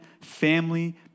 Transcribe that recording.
family